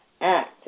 act